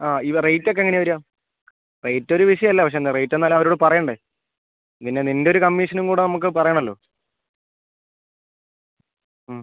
ആ ഇത് റേറ്റ് ഒക്കെ എങ്ങനെയാണ് വരുക റേറ്റ് ഒരു വിഷയം അല്ല പക്ഷേ എന്താണ് റേറ്റ് എന്നാൽ അവരോട് പറയേണ്ടേ പിന്നെ നിന്റെ ഒരു കമ്മീഷനും കൂടെ നമുക്ക് പറയണമല്ലോ മ്